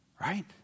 Right